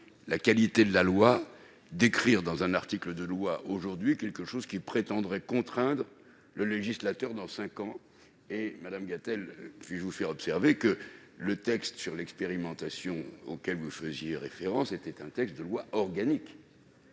la qualité de la loi, d'écrire aujourd'hui, dans un article de loi, quelque chose qui prétendrait contraindre le législateur dans cinq ans. Madame Gatel, puis-je vous faire observer que le texte sur l'expérimentation auquel vous faisiez référence est un texte de loi organique